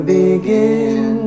begin